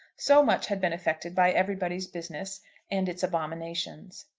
so much had been effected by everybody's business and its abominations.